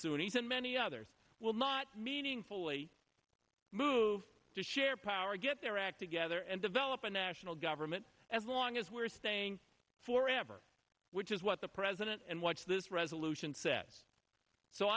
sunni ten men others will not meaningfully move to share power get their act together and develop a national government as long as we're staying forever which is what the president and what's this resolution says so